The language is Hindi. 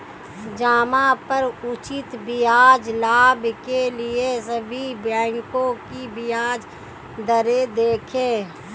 जमा पर उचित ब्याज लाभ के लिए सभी बैंकों की ब्याज दरें देखें